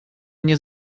nie